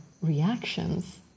reactions